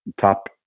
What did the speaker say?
top